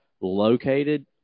located